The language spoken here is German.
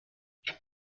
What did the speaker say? base